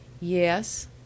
Yes